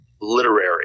literary